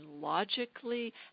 logically